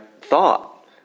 thought